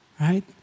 Right